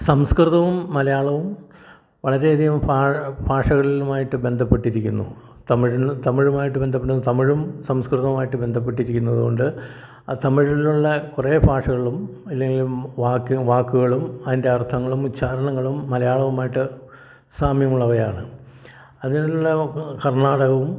സംസ്കൃതവും മലയാളവും വളരെയധിയകം ഭാ ഭാഷകളുമായിട്ട് ബന്ധപ്പെട്ടിരിക്കുന്നു തമിഴിൽ തമിഴുമായിട്ട് ബന്ധപ്പെട്ട് തമിഴും സംസ്കൃതവുമായിട്ട് ബന്ധപ്പെട്ടിരിക്കുന്നത് കൊണ്ട് ആ തമിഴിലുള്ള കുറേ ഭാഷകളും അല്ലെങ്കിൽ വാക്കിന് വാക്കുകളും അതിൻ്റെ അർത്ഥങ്ങളും ഉച്ചാരണങ്ങളും മലയാളവുമായിട്ട് സാമ്യമുള്ളവയാണ് അതിനുള്ള കർണ്ണാടകവും